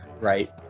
Right